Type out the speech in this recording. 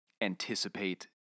anticipate